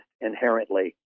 inherently